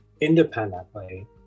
independently